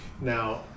Now